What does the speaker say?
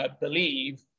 believe